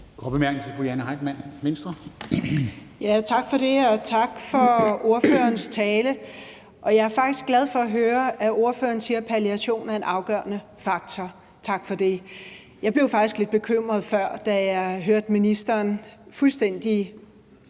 Tak for det. Tak for ordførerens tale, og jeg er faktisk glad for at høre, at ordføreren siger, at palliation er en afgørende faktor. Tak for det. Jeg blev faktisk lidt bekymret før, da jeg hørte ministeren fuldstændig